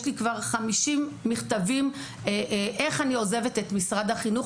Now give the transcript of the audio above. לי כבר 50 מכתבים איך אני עוזבת את משרד החינוך